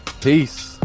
Peace